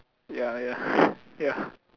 ya ya ya